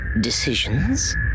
decisions